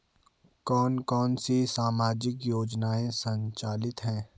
कौन कौनसी सामाजिक योजनाएँ संचालित है?